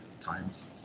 times